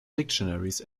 dictionaries